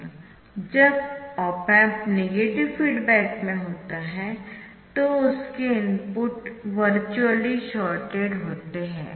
जब op amp negative feedback में होता है तो उसके इनपुट वर्चुअली शॉर्टेड होते है